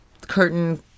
curtain